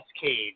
Cage